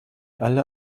alle